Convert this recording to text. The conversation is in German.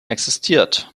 existiert